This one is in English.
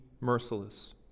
merciless